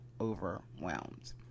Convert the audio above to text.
overwhelmed